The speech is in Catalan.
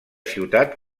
ciutat